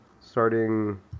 starting